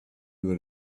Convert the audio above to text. where